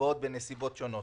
בנסיבות שונות.